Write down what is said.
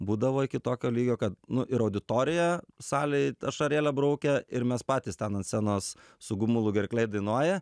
būdavo iki tokio lygio kad nu ir auditorija salėj ašarėlę braukia ir mes patys ten ant scenos su gumulu gerklėj dainuoji